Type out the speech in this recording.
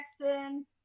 Jackson